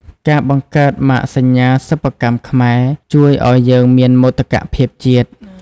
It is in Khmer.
ការបង្កើតម៉ាកសញ្ញាសិប្បកម្មខ្មែរ ជួយឱ្យយើងមានមោទកភាពជាតិ។